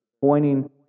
pointing